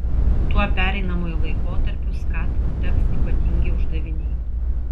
tuo pereinamuoju laikotarpiu skat teks ypatingi uždaviniai